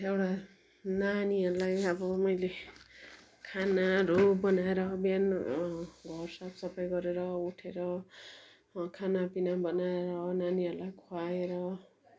एउटा नानीहरूलाई अब मैले खानाहरू बनाएर बिहान घर साफ सफाइ गरेर उठेर खानापिना बनाएर नानीहरूलाई खुवाएर